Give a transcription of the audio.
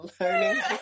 learning